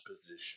position